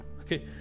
Okay